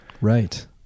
Right